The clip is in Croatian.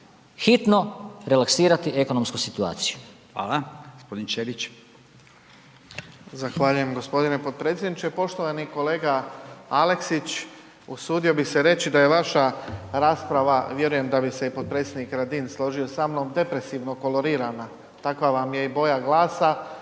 Furio (Nezavisni)** Hvala. g. Ćelić. **Ćelić, Ivan (HDZ)** Zahvaljujem g. potpredsjedniče. Poštovani kolega Aleksić, usudio bi se reći da je vaša rasprava, vjerujem da bi se i potpredsjednik Radin složio sa mnom, depresivno kolorirana. Takva vam je i boja glasa.